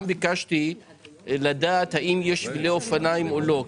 ביקשתי לדעת האם יש שבילי אופניים או לא,